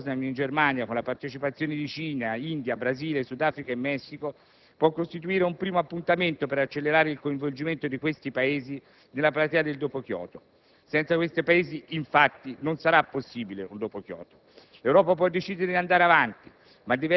Il G8 Ambiente, che si è aperto a Potsdam in Germania con la partecipazione di Cina, India, Brasile, Sud Africa e Messico, può costituire un primo appuntamento per accelerare il coinvolgimento di questi Paesi nella platea del dopo Kyoto. Senza questi Paesi, infatti, non sarà possibile un dopo Kyoto.